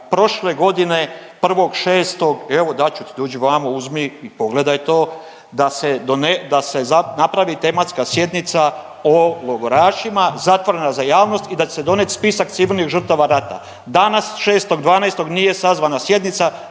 pogledaj to da se napravi tematska sjednica o logorašima zatvorena za javnost i da će se donijeti spisak civilnih žrtava rata. Danas 6.12. nije sazvana sjednica.